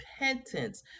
repentance